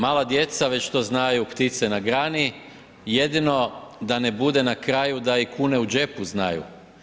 Mala djeca već to znaju, ptice na grani, jedino da ne bude na kraju da i kune u džepu znaju.